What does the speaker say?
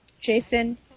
Jason